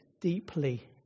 deeply